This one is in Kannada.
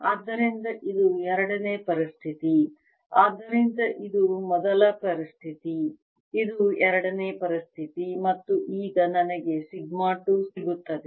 ಆದ್ದರಿಂದ ಇದು ಎರಡನೇ ಪರಿಸ್ಥಿತಿ ಆದ್ದರಿಂದ ಇದು ಮೊದಲ ಪರಿಸ್ಥಿತಿ ಇದು ಎರಡನೇ ಪರಿಸ್ಥಿತಿ ಮತ್ತು ಈಗ ನನಗೆ ಸಿಗ್ಮಾ 2 ಸಿಗುತ್ತದೆ